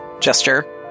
gesture